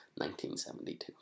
1972